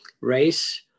race